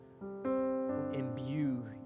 imbue